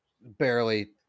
barely